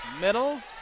middle